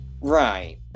Right